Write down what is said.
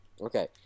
Okay